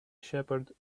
shepherd